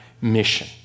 mission